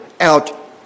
out